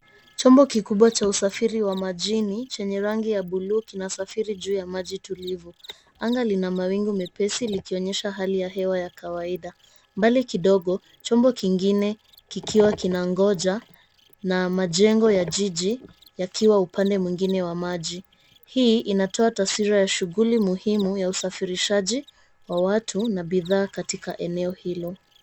Chombo kikubwa cha usafiri wa majini chenye rangi ya buluu kina safiri juu ya maji tulivu. Anga lina mawingu mepesi likionyesha hali ya hewa ya kawaida. Mbali kidogo chombo kingine kikiwa kinangoja na majengo ya jiji yakiwa upande mwingine wa maji. Hii inatoa taswira ya shughuli muhimu ya usafirishaji wa watu na bidhaa katika eneo hilo.